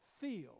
feel